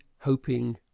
hoping